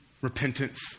repentance